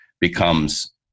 becomes